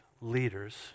leaders